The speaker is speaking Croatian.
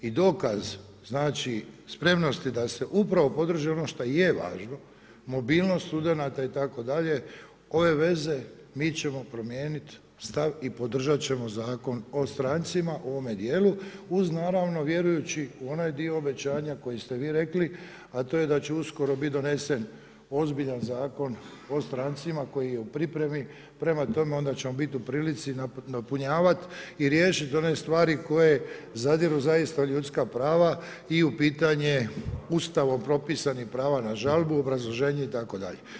I dokaz, znači, spremnosti, da se upravo podrži ono što je važno, mobilnost studenata itd. ove veze, mi ćemo promijeniti ovaj stav i podržati ćemo Zakon o strancima u ovome dijelu, uz naravno, vjerujući u onaj dio obećanja koji ste vi rekli, a to je da će uskoro biti donesen ozbiljan Zakon o strancima, koji je u pripremi, prema tome, onda ćemo biti u prilici nadopunjavati i riješiti one stvari koje zadiru zaista u ljudska prava i u pitanje Ustavom propisane prava na žalbu, obrazloženje itd.